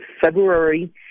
February